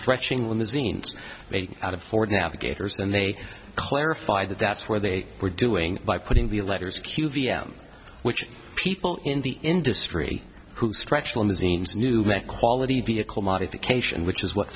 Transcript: stretching limousines made out of ford navigators and they clarified that that's where they were doing by putting the letters q v m which people in the industry who stretch limousines knew that quality vehicle modification which is what